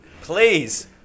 Please